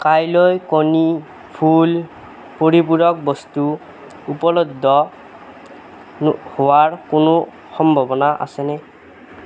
কাইলৈ কণী ফুল পৰিপূৰক বস্তু উপলব্ধ হ হোৱাৰ কোনো সম্ভাৱনা আছেনে